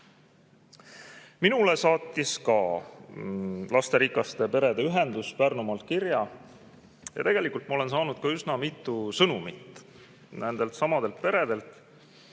Minule saatis ka lasterikaste perede ühendus Pärnumaalt kirja. Tegelikult ma olen saanud üsna mitu sõnumit nendeltsamadelt peredelt